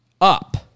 up